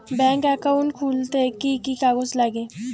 Bank account খুলতে কি কি কাগজ লাগে?